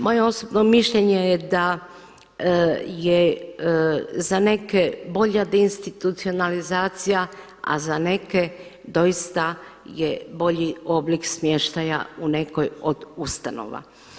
Moje osobno mišljenje je da je za neke bolja deinstitucionalizacija, a za neke doista je bolji oblik smještaja u nekoj od ustanova.